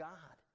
God